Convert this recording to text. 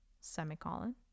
semicolon